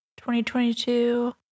2022